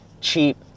cheap